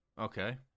Okay